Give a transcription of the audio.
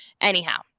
anyhow